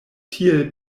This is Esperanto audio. tiel